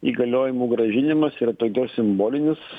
įgaliojimų grąžinimas ir todėl simbolinis